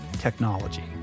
technology